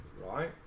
right